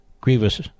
grievous